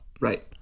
Right